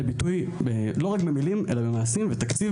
ביטוי לא רק במלים אלא גם במעשים ותקציב,